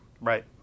Right